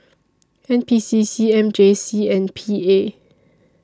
N P C C M J C and P A